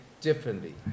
differently